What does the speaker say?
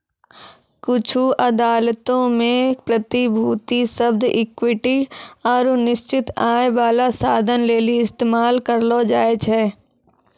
कुछु अदालतो मे प्रतिभूति शब्द इक्विटी आरु निश्चित आय बाला साधन लेली इस्तेमाल करलो जाय छै